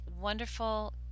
wonderful